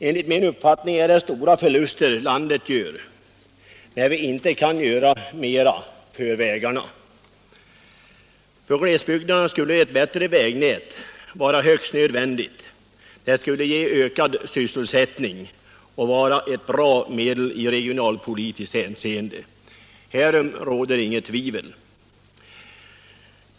Enligt min uppfattning gör landet mycket stora förluster när vi inte kan göra mera för vägarna. För glesbygden är ett bättre vägnät högst nödvändigt. Det skulle ge ökad sysselsättning och vara ett bra medel i regionalpolitiskt hänseende. Härom råder inget tvivel.